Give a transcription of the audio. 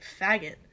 faggot